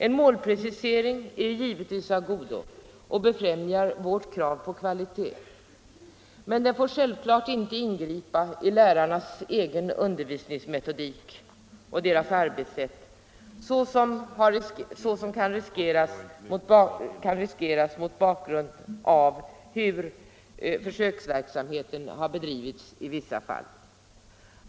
En målprecisering är givetvis av godo och befrämjar vårt krav på kvalitet, men den får självklart inte ingripa i lärarnas egen undervisningsmetodik och i deras arbetssätt såsom nu riskeras mot bakgrund av hur försöksverksamheten i vissa fall har bedrivits.